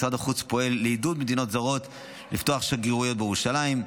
משרד החוץ פועל לעידוד מדינות זרות לפתוח שגרירויות בירושלים.